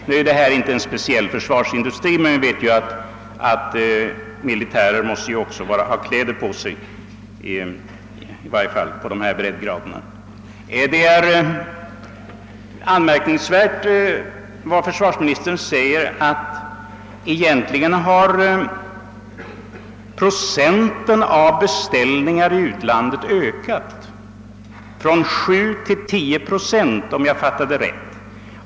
I det speciella fall som vi nu diskuterar rör det sig visserligen inte direkt om försvarsindustri, men vi vet att militärer också måste ha kläder på sig, i varje fall på dessa breddgrader. av beställningar i utlandet har ökat — från 7 till 10 procent, om jag fattade rätt.